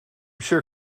sure